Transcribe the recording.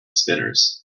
spinners